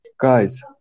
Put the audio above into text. Guys